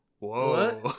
Whoa